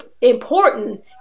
important